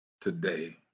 today